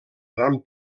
gran